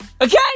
Okay